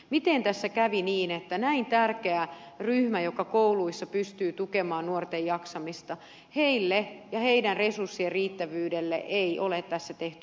miten tässä kävi niin että näin tärkeän ryhmän joka kouluissa pystyy tukemaan nuorten jaksamista resurssien riittävyydelle ei ole tässä tehty mitään